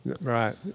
Right